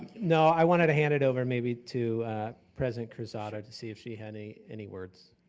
no, i wanted to hand it over maybe to president cruzado to see if she had any any words?